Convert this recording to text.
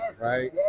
Right